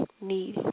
need